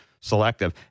selective